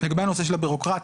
לגבי הנושא של הבירוקרטיה,